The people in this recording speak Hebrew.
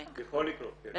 יכול לקרות, כן.